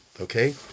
okay